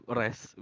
rest